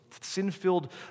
sin-filled